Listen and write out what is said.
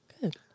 good